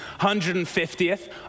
150th